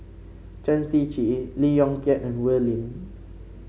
Chen Shiji Lee Yong Kiat and Wee Lin